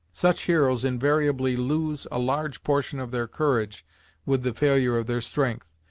such heroes invariably lose a large portion of their courage with the failure of their strength,